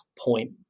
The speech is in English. point